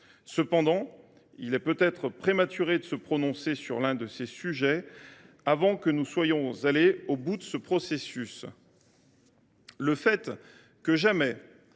Cependant, il peut apparaître prématuré de se prononcer sur l’un de ces sujets avant que nous soyons allés au bout de ce processus. Le fait que,